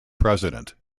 president